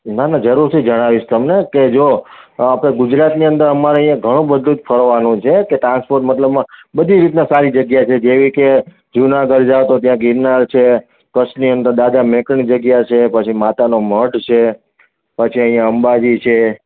ના ના જરૂરથી જણાવીશ તમને કે જુઓ આપણે ગુજરાતની અંદર અમારે અહીંયા ઘણું બધું ફરવાનું જ છે કે ટ્રાન્સપોર્ટ મતલબમાં બધી રીતનાં સારી જગ્યા છે જેવી કે જુનાગઢ જાઓ તો ત્યાં ગિરનાર છે કચ્છની એમ તો દાદા મેકરણની જગ્યા છે પછી માતાનો મઢ છે પછી અહીંયા અંબાજી છે